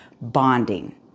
bonding